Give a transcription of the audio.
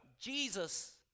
Jesus